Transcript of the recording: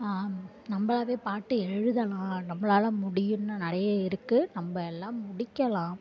நம்மளாவே பாட்டு எழுதலாம் நம்மளால் முடியும் இன்னும் நிறைய இருக்குது நம்ம எல்லாம் முடிக்கலாம்